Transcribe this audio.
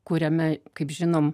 kuriame kaip žinom